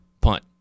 punt